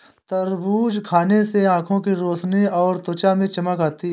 तरबूज खाने से आंखों की रोशनी और त्वचा में चमक आती है